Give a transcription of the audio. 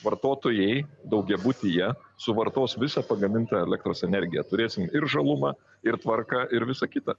vartotojai daugiabutyje suvartos visą pagamintą elektros energiją turėsim ir žalumą ir tvarką ir visą kitą